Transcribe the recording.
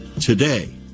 Today